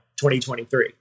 2023